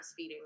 breastfeeding